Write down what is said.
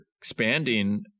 expanding